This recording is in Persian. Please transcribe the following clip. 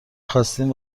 خواستین